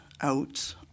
out